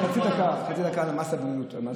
חצי דקה על מס הבריאות.